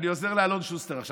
אני עוזר לאלון שוסטר עכשיו.